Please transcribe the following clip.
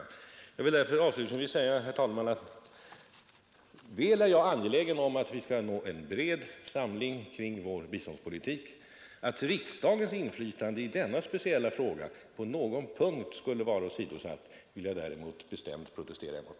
äga, att väl är jag angelägen Jag vill därför, herr talman, avslutningsvis om att vi skall nå en bred samling kring vår biståndspolitik. Att riksdagens inflytande i denna speciella fråga på någon punkt skulle vara åsidosatt vill jag dock bestämt protestera emot.